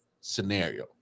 scenario